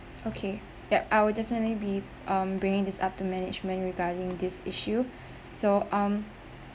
okay yup I would definitely be um bringing this up to management regarding this issue so um